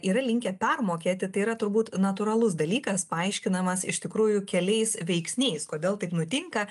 yra linkę permokėti tai yra turbūt natūralus dalykas paaiškinamas iš tikrųjų keliais veiksniais kodėl taip nutinka